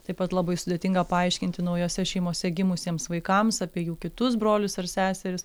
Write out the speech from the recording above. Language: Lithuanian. taip pat labai sudėtinga paaiškinti naujose šeimose gimusiems vaikams apie jų kitus brolius ar seseris